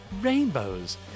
Rainbows